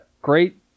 Great